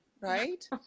right